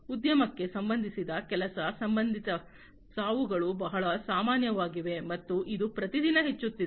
ಉದ್ಯಮಕ್ಕೆ ಸಂಬಂಧಿಸಿದ ಕೆಲಸ ಸಂಬಂಧಿತ ಸಾವುಗಳು ಬಹಳ ಸಾಮಾನ್ಯವಾಗಿದೆ ಮತ್ತು ಇದು ಪ್ರತಿದಿನ ಹೆಚ್ಚುತ್ತಿದೆ